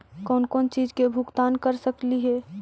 कौन कौन चिज के भुगतान कर सकली हे?